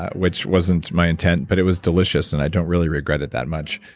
which wasn't my intent, but it was delicious and i don't really regret it that much,